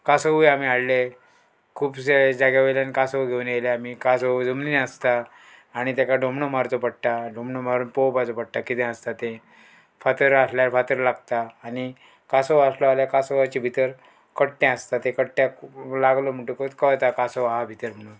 कासवूय आमी हाडले खुबशे जाग्या वयल्यान कासव घेवन येयले आमी कासवूय जमनीन आसता आणी तेका डोमणो मारचो पडटा डोबणो मारून पोवपाचो पडटा कितें आसता तें फातर आहल्यार फातर लागता आनी कासव आसलो जाल्यार कासोचे भितर कट्टे आसता तें कट्ट्याक लागलो म्हणटकूत कळता कासो आहा भितर म्हणून